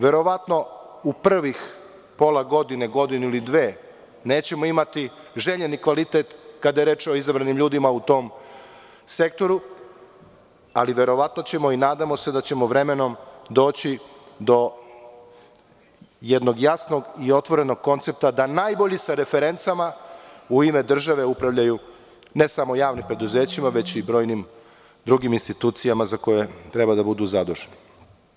Verovatno u prvih pola godine, godinu ili dve nećemo imati željeni kvalitet kada je reč o izabranim ljudima u tom sektoru, ali verovatno ćemo i nadamo se da ćemo vremenom doći do jednog jasnog i otvorenog koncepta, da najbolji sa referencama u ime države upravljaju ne samo javnim preduzećima, već i brojnim drugim institucijama za koje treba da budu zaduženi.